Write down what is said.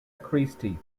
christi